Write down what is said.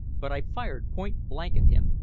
but i fired point blank at him,